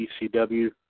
ECW